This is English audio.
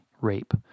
rape